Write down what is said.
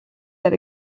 that